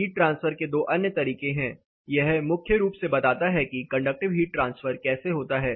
heat transfer के दो अन्य तरीके हैं यह मुख्य रूप से बताता है कि कंडक्टिव हीट ट्रांसफर कैसे होता है